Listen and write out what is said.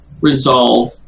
resolve